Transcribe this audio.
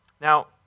Now